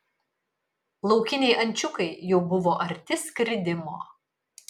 laukiniai ančiukai jau buvo arti skridimo